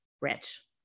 rich